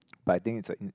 but I think it's a